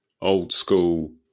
old-school